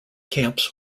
camps